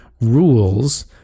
rules